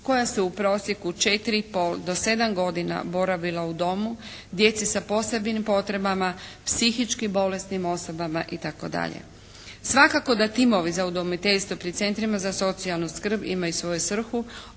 koja se u prosjeku 4,5 do 7 godina boravila u domu, djeci sa posebnim potrebama, psihički bolesnim osobama itd. Svakako da timovi za udomiteljstvo pri centrima za socijalnu skrb ima i svoju svrhu